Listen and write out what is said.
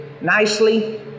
nicely